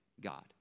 God